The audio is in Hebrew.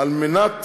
על מנת